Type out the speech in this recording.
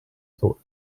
source